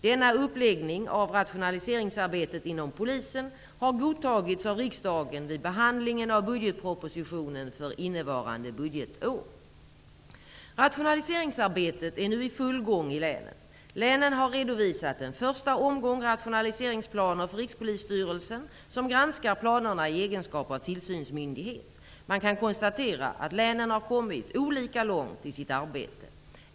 Denna uppläggning av rationaliseringsarbetet inom polisen har godtagits av riksdagen vid behandlingen av budgetpropositionen för innevarande budgetår. Rationaliseringsarbetet är nu i full gång i länen. Länen har redovisat en första omgång rationaliseringsplaner för Rikspolisstyrelsen, som granskar planerna i egenskap av tillsynsmyndighet. Man kan konstatera att länen har kommit olika långt i sitt arbete.